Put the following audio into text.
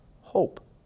hope